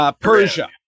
Persia